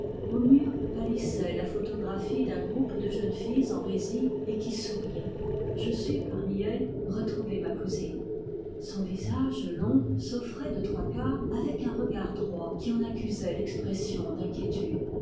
au mur pâlissait la photographie d'un groupe de jeunes filles en résille et qui souriaient je sus parmi elles retrouver ma cousine son visage long s'offrait de trois quarts avec un regard droit qui en accusait l'expression d'inquiétude